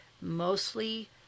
mostly